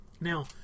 Now